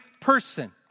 person